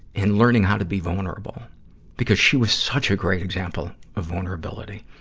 in learning how to be vulnerable because she was such a great example of vulnerability